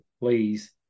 please